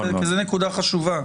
זו נקודה חשובה.